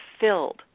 filled